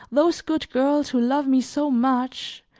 those good girls who love me so much,